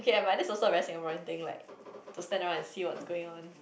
okay ah but that's also like a very Singaporean thing like to stand around and see what's going on